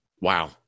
Wow